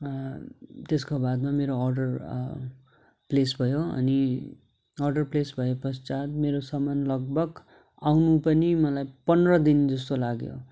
त्यसको बादमा मेरो अर्डर प्लेस भयो अनि अर्डर प्लेस भए पश्चात् मेरो सामान लगभग आउनु पनि मलाई पन्ध्र दिन जस्तो लाग्यो